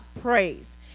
praise